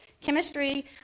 chemistry